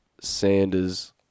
Sanders